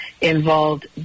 involved